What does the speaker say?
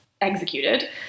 executed